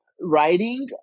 writing